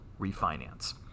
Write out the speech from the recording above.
refinance